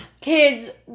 kids